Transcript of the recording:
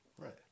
Right